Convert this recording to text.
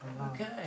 Okay